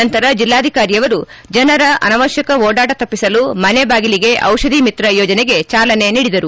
ನಂತರ ಜಲ್ಲಾಧಿಕಾರಿಯವರು ಜನರ ಅನಾವಶ್ಯಕ ಓಡಾಟ ತಪ್ಪಿಸಲು ಮನೆ ಬಾಗಿಲಿಗೆ ದಿಷಧಿಮಿತ್ರ ಯೋಜನೆಗೆ ಜಾಲನೆ ನೀಡಿದರು